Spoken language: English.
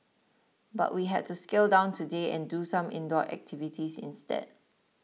but we had to scale down today and do some indoor activities instead